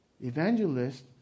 Evangelist